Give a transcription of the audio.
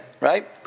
right